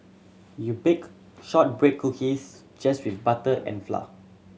you bake shortbread cookies just with butter and flour